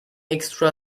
extra